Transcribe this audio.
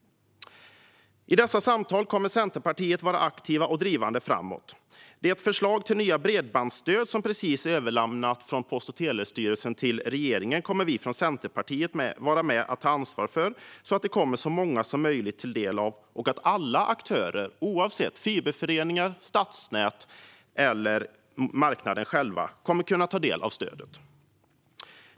I dessa samtal kommer Centerpartiet att vara aktivt och drivande framåt. Det förslag till nytt bredbandsstöd som Post och telestyrelsen precis överlämnat till regeringen kommer vi från Centerpartiet att vara med och ta ansvar för så att det kommer så många som möjligt till del och att alla aktörer - oavsett om det är fiberföreningar, stadsnät eller marknaden - ska kunna ta del av stödet.